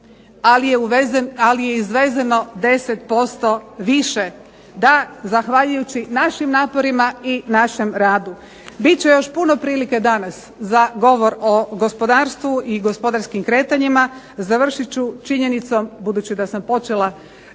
ali je izvezeno 10% više. Da, zahvaljujući našim naporima i našem radu. Bit će još puno prilike danas za govor o gospodarstvu i gospodarskim kretanjima. Završit ću činjenicom budući da sam počela